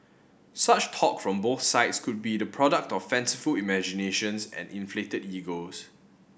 such talk from both sides could be the product of fanciful imaginations and inflated egos